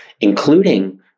including